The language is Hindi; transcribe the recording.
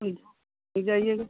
जाइएगा